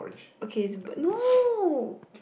okay it's burned no